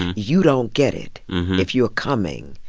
you don't get it if you're coming.